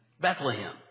Bethlehem